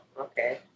Okay